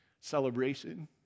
celebration